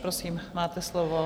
Prosím, máte slovo.